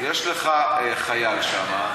יש לך חייל שם,